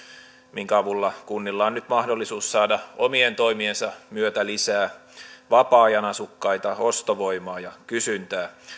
minkä avulla kunnilla on nyt mahdollisuus saada omien toimiensa myötä lisää vapaa ajan asukkaita ostovoimaa ja kysyntää